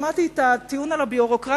שמעתי את הטיעון על הביורוקרטיה,